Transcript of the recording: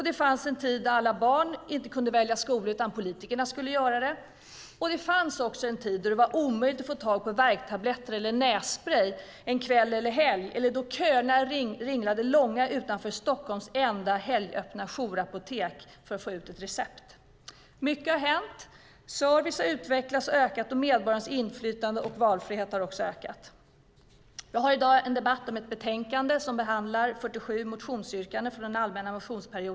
Det fanns en tid då alla barn inte kunde välja skola utan politikerna skulle göra det. Det fanns också en tid då det var omöjligt att få tag på värktabletter eller nässprej en kväll eller helg eller då köerna ringlade långa utanför Stockholms enda helgöppna jourapotek för att få ut ett recept. Mycket har hänt. Servicen har utvecklats och utökats, och medborgarnas inflytande och valfrihet har också ökat. Vi har i dag en debatt om ett betänkande som behandlar 47 motionsyrkanden från den allmänna motionstiden.